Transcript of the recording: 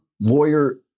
lawyer